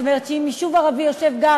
זאת אומרת, שאם יישוב ערבי יושב גם